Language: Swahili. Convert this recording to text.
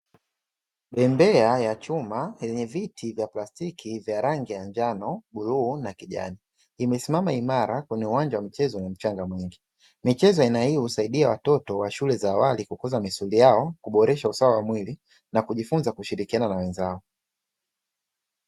Bembea ya chuma, yenye viti vya plastiki vya rangi ya njano, bluu na kijani. Imesimama imara kwenye uwanja wa michezo wenye mchanga mwingi. Michezo ya aina hii husaidia watoto wa shule za awali kukuza misuli, kuboresha usawa wa mwili na kujifunza kushirikiana na wenzao.